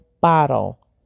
bottle